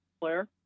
Claire